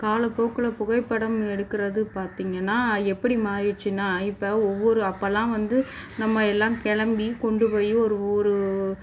காலப்போக்கில் புகைப்படம் எடுக்கிறது பாத்தீங்கன்னா எப்படி மாறிடுச்சுன்னா இப்போ ஒவ்வொரு அப்போலாம் வந்து நம்ம எல்லாம் கிளம்பி கொண்டு போய் ஒரு ஊர்